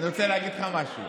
אני רוצה להגיד לך משהו.